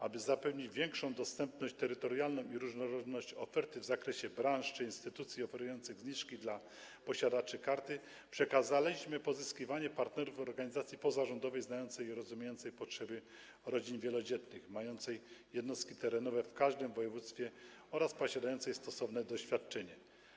Aby zapewnić większą dostępność terytorialną i różnorodność oferty w zakresie branż czy instytucji oferujących zniżki dla posiadaczy karty, przekazaliśmy pozyskiwanie partnerów organizacji pozarządowej znającej i rozumiejącej potrzeby rodzin wielodzietnych, mającej jednostki terenowe w każdym województwie oraz posiadającej stosowne doświadczenie.